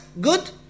good